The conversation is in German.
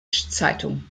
zeitung